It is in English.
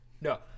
No